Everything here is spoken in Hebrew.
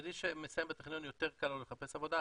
חרדי שמסיים טכניון יותר קל לו לחפש עבודה,